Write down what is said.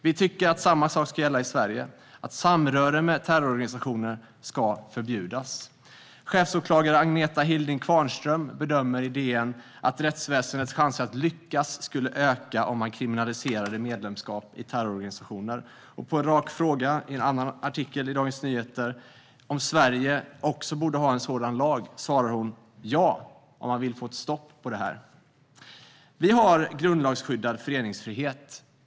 Vi tycker att samma sak ska gälla i Sverige: Allt samröre med terrororganisationer ska förbjudas. Chefsåklagare Agnetha Hilding Qvarnström bedömer i DN att rättsväsendets chanser att lyckas skulle öka om man kriminaliserade medlemskap i terrororganisationer. På en rak fråga i en annan artikel i Dagens Nyheter, om Sverige också borde ha en sådan lag, svarar hon: Ja, om man vill få stopp på det här. Vi har grundlagsskyddad föreningsfrihet.